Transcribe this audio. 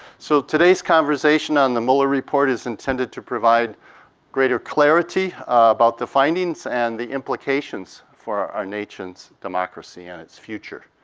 so today's conversation on the mueller report is intended to provide greater clarity about the findings and the implications for our nation's democracy and its future.